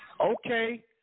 Okay